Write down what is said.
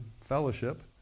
fellowship